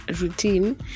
routine